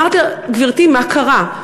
אמרתי לה: גברתי, מה קרה?